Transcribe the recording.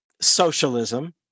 socialism